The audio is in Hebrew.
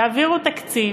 יעבירו תקציב,